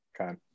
Okay